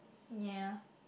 ya